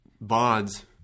bonds